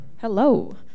Hello